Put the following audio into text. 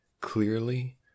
Clearly